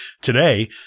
Today